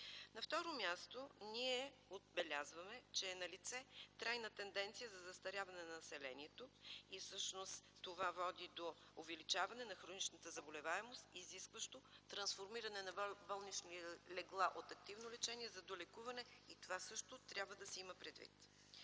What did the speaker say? На второ място, ние отбелязваме, че е налице трайна тенденция за застаряване на населението и всъщност това води до увеличаване на хроничната заболеваемост, изискващо трансформиране на болнични легла от активно лечение за долекуване. И това също трябва да се има предвид.